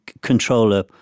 controller